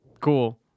Cool